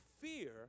fear